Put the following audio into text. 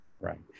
Right